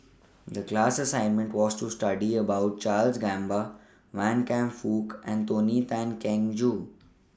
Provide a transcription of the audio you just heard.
The class assignment was to study about Charles Gamba Wan Kam Fook and Tony Tan Keng Joo